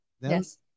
Yes